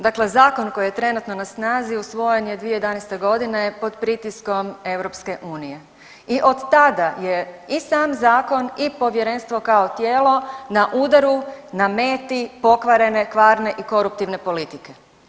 Dakle zakon koji je trenutno na snazi usvojen je 2011. g. pod pritiskom EU i od tada je i sam Zakon i Povjerenstvo kao tijelo na udaru, na meti pokvarene, kvarne i koruptivne politike.